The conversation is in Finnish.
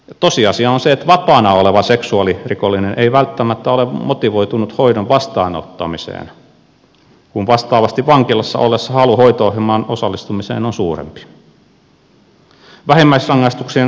tosiasia on se että vapaana oleva seksuaalirikollinen ei välttämättä ole motivoitunut hoidon vastaanottamiseen kun vastaavasti vankilassa ollessa halu hoito ohjelmaan osallistumiseen on suurempi